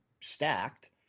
stacked